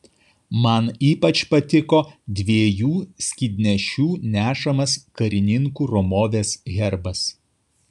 man ypač patiko dviejų skydnešių nešamas karininkų ramovės herbas